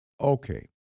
Okay